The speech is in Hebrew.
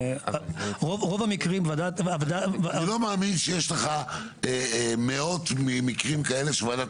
רוב המקרים --- אני לא מאמין שיש לך מאות מקרים כאלה שוועדת